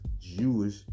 Jewish